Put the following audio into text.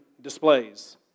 displays